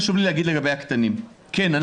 חשוב לי להגיד לגבי הקטנים: כן,